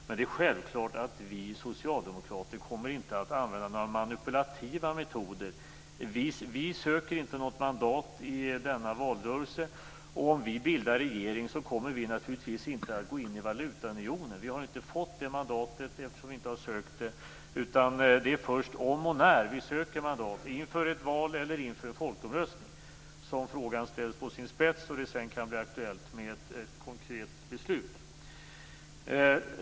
Det är självklart att vi socialdemokrater inte kommer att använda några manipulativa metoder. Vi söker inte något mandat i denna valrörelse. Om vi bildar regering kommer vi naturligtvis inte att gå in i valutaunionen. Vi har inte fått detta mandat eftersom vi inte har sökt det, utan det är först om och när vi söker mandat, inför ett val eller inför en folkomröstning, som frågan ställs på sin spets och det sedan kan bli aktuellt med ett konkret beslut.